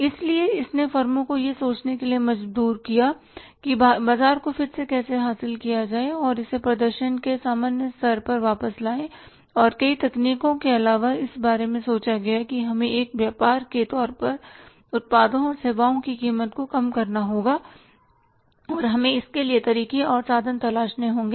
इसलिए इसने फर्मों को यह सोचने के लिए मजबूर किया कि बाजार को फिर से कैसे हासिल किया जाए इसे प्रदर्शन के सामान्य स्तर पर वापस लाए और कई तकनीकों के अलावा इस बारे में सोचा गया था कि हमें एक व्यापार के तौर पर उत्पादों और सेवाओं की कीमत को कम करना होगा और हमें इसके लिए तरीके और साधन तलाशने होंगे